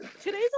today's